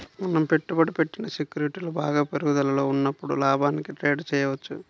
మనం పెట్టుబడి పెట్టిన సెక్యూరిటీలు బాగా పెరుగుదలలో ఉన్నప్పుడు లాభానికి ట్రేడ్ చేయవచ్చు